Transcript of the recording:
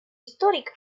histórica